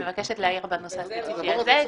אני מבקשת להעיר בנושא הספציפי הזה.